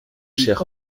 chère